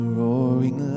roaring